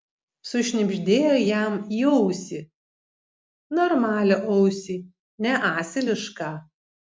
sušnibždėjo jam į ausį normalią ausį ne asilišką